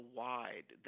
wide